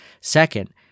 Second